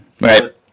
Right